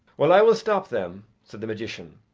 well, i will stop them, said the magician,